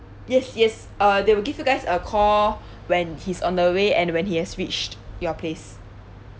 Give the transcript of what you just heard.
yes yes uh they will give you guys a call when he's on the way and when he has reached your place